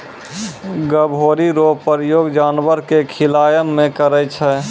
गभोरी रो प्रयोग जानवर के खिलाय मे करै छै